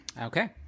Okay